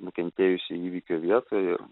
nukentėjusį įvykio vieto ir